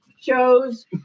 shows